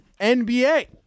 NBA